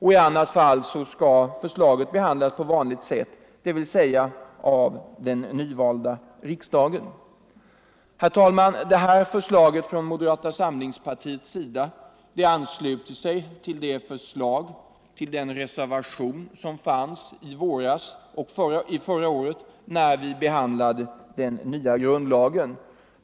I annat fall skall förslaget behandlas på vanligt sätt, dvs. av den nyvalda riksdagen. Herr talman! Förslaget från moderata samlingspartiets sida ansluter sig till förslaget i den reservation som förelåg när vi förra våren behandlade den nya grundlagen.